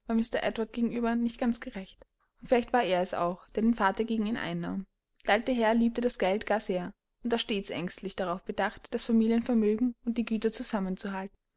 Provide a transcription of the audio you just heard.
gegenüber nicht ganz gerecht und vielleicht war er es auch der den vater gegen ihn einnahm der alte herr liebte das geld gar sehr und war stets ängstlich darauf bedacht das familienvermögen und die güter zusammenzuhalten